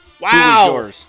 Wow